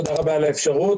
תודה רבה על האפשרות.